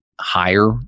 higher